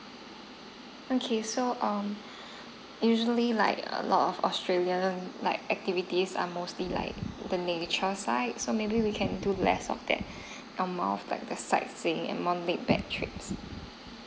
okay so um usually like a lot of australian like activities are mostly like the natural sight so maybe we can do less of that among the sightseeing among the bag trip